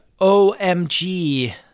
OMG